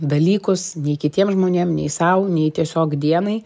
dalykus nei kitiem žmonėm nei sau nei tiesiog dienai